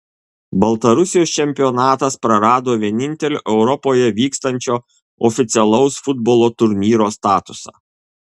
baltarusijos čempionatas prarado vienintelio europoje vykstančio oficialaus futbolo turnyro statusą